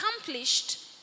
accomplished